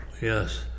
Yes